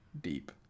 deep